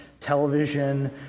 television